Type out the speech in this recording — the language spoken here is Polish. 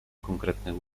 konkretnych